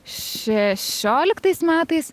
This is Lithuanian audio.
šešioliktais metais